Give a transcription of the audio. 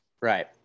Right